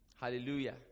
Hallelujah